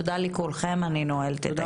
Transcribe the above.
תודה לכולכם, אני נועלת את הישיבה.